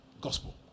Gospel